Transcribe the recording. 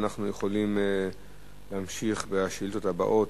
אנחנו יכולים להמשיך בשאילתות הבאות,